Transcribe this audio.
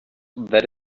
that